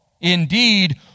Indeed